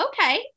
okay